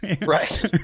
right